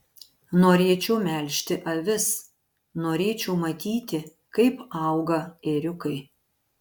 norėčiau melžti avis norėčiau matyti kaip auga ėriukai